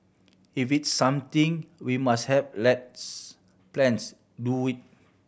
if it's something we must have let's plans do it